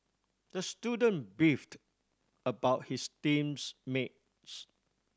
the student beefed about his teams mates